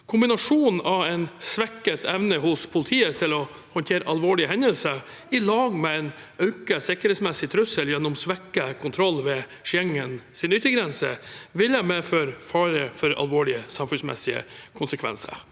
Kombinasjonen av en svekket evne hos politiet til å håndtere alvorlige hendelser sammen med en økt sikkerhetsmessig trussel gjennom svekket kontroll ved Schengens yttergrense ville medført fare for alvorlige samfunnsmessige konsekvenser.